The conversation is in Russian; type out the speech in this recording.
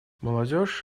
молодежь